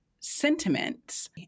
sentiments